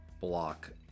block